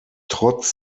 trotz